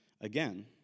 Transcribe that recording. Again